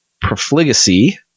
profligacy –